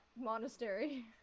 monastery